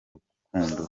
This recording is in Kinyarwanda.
rukundo